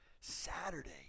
Saturday